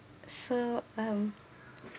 so um